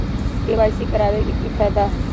KYC करवाबे के कि फायदा है?